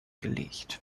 gelegt